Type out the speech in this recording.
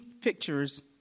pictures